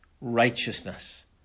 righteousness